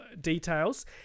details